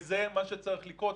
וזה מה שצריך לקרות.